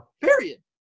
period